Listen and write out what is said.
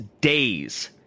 days